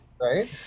right